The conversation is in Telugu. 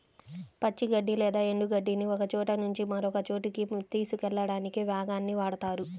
పచ్చి గడ్డి లేదా ఎండు గడ్డిని ఒకచోట నుంచి మరొక చోటుకి తీసుకెళ్ళడానికి వ్యాగన్ ని వాడుతారు